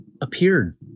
appeared